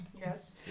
Yes